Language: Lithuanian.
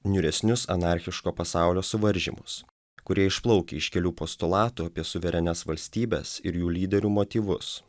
niūresnius anarchiško pasaulio suvaržymus kurie išplaukia iš kelių postulatų apie suverenias valstybes ir jų lyderių motyvus